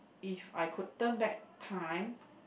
If I could turn back time